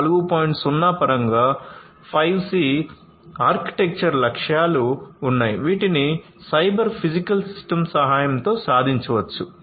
0 పరంగా 5 C architecture లక్ష్యాలు ఉన్నాయి వీటిని సైబర్ ఫిజికల్ సిస్టమ్ సహాయంతో సాధించవచ్చు